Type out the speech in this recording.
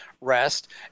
rest